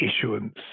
issuance